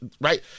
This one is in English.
Right